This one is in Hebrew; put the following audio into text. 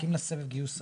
מחכים לסבב גיוס הבא,